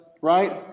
right